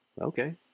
Okay